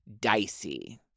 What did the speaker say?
dicey